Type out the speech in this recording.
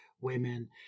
women